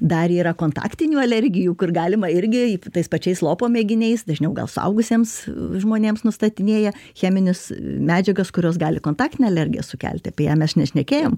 dar yra kontaktinių alergijų kur galima irgi tais pačiais lopo mėginiais dažniau gal suaugusiems žmonėms nustatinėja cheminius medžiagas kurios gali kontaktinę alergiją sukelti apie ją mes nešnekėjom